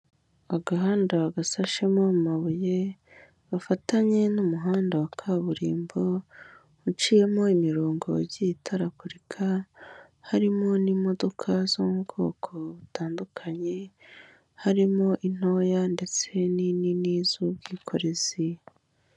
Agahanda gasashemo amabuye gafatanye n'umuhanda wa kaburimbo, uciyemo imirongo igiye itaragurika, harimo n'imodoka zo mu bwoko butandukanye, harimo intoya ndetse n'inini z'ubwikorezi.